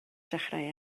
dechrau